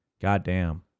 Goddamn